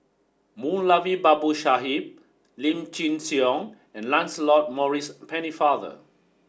Moulavi Babu Sahib Lim Chin Siong and Lancelot Maurice Pennefather